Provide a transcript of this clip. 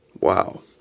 Wow